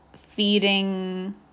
feeding